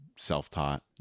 self-taught